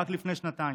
רק לפני שנתיים.